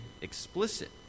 explicit